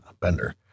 Bender